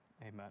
amen